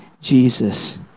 Jesus